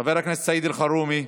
חבר הכנסת סעיד אלחרומי,